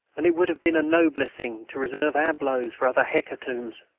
and it would have been a nobler thing to reserve our blows for other hecatombs.